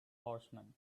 horsemen